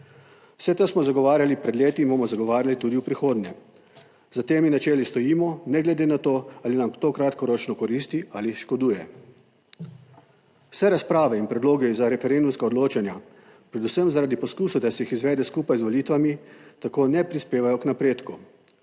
Vse to smo zagovarjali pred leti in bomo zagovarjali tudi v prihodnje; za temi načeli stojimo ne glede na to ali nam to kratkoročno koristi ali škoduje. Vse razprave in predlogi za referendumska odločanja, predvsem zaradi poskusov, da se jih izvede skupaj z volitvami, tako ne prispevajo k napredku,